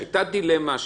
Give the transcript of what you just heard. שהייתה דילמה,